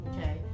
okay